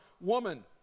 woman